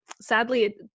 sadly